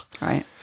Right